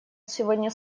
сегодня